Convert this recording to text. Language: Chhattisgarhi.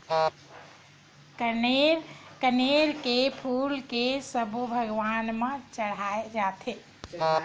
कनेर के फूल के सब्बो भगवान म चघाय जाथे